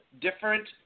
different